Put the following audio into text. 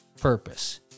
purpose